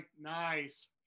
nice